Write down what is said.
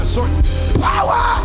Power